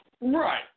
Right